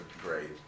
great